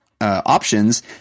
options